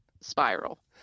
spiral